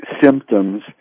symptoms